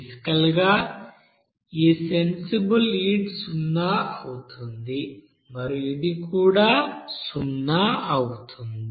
బేసికల్ గా ఈ సెన్సిబుల్ హీట్ సున్నా అవుతుంది మరియు ఇది కూడా సున్నా అవుతుంది